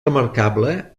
remarcable